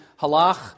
Halach